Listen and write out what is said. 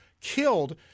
killed